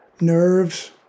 nerves